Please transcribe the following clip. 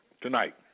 tonight